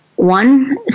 One